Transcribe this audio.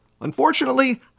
Unfortunately